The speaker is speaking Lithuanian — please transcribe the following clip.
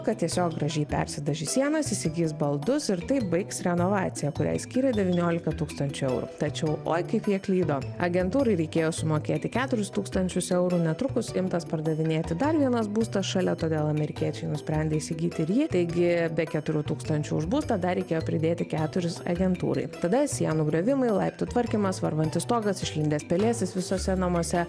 kad tiesiog gražiai persidažys sienas įsigis baldus ir taip baigs renovaciją kuriai skyrė devyniolika tūkstančių eurų tačiau oi kaip jie klydo agentūrai reikėjo sumokėti keturis tūkstančius eurų netrukus imtas pardavinėti dar vienas būstas šalia todėl amerikiečiai nusprendė įsigyti ir jį taigi be keturių tūkstančių už butą dar reikėjo pridėti keturis agentūrai tada sienų griovimai laiptų tvarkymas varvantis stogas išlindęs pelėsis visuose namuose